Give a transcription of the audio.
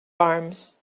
arms